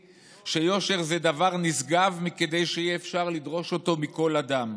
שיושר זה דבר נשגב מכדי שיהיה אפשר לדרוש אותו מכל אדם.